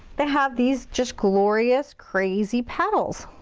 they have these just glorious, crazy petals.